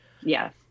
yes